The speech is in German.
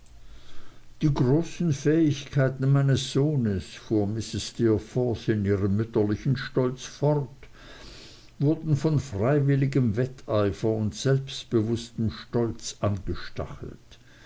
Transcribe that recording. die großen fähigkeiten meines sohnes fuhr mrs steerforth in ihrem mütterlichen stolz fort wurden von freiwilligem wetteifer und selbstbewußtem stolz angestachelt